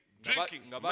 drinking